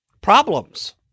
problems